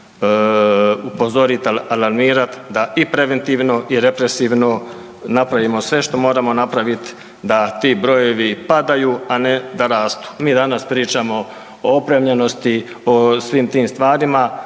upozoriti, alarmirati da i preventivno i represivno napravimo sve što moramo napraviti da ti brojevi padaju, a ne da rastu. Mi danas pričamo o opremljenosti, o svim tim stvarima